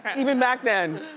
and even back then.